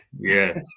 Yes